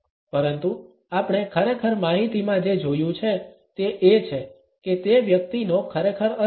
પરંતુ આપણે ખરેખર માહિતીમાં જે જોયું છે તે એ છે કે તે વ્યક્તિનો ખરેખર અર્થ છે